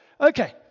Okay